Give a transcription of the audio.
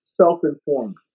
self-informed